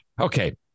Okay